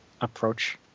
approach